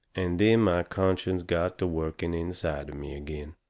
and then my conscience got to working inside of me agin.